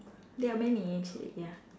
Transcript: there are many actually ya